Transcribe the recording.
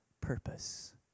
purpose